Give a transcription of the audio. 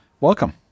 Welcome